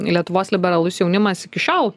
lietuvos liberalus jaunimas iki šiol